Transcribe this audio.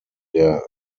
der